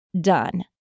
done